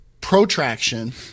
protraction